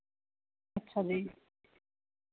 ਅੱਛਾ ਜੀ